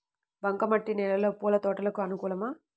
బంక మట్టి నేలలో పూల తోటలకు అనుకూలమా?